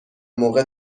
موقع